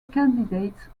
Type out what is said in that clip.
candidates